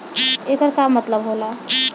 येकर का मतलब होला?